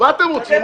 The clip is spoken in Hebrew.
מה אתם רוצים?